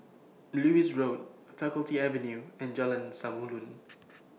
Lewis Road Faculty Avenue and Jalan Samulun